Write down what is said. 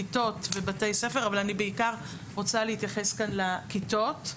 כיתות ובתי ספר אבל אני בעיקר רוצה להתייחס כאן לכיתות.